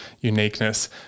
uniqueness